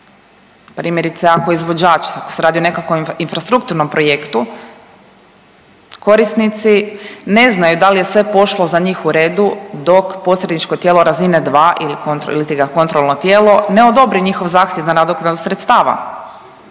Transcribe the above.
Primjerice, ako izvođač se radi o nekakvom infrastrukturnom projektu, korisnici ne znaju da je sve pošlo za njih u redu dok posredničko tijelo razine 2 iliti kontrolno tijelo ne odobri njihov zahtjev za nadoknadu sredstava,